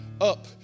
up